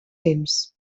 temps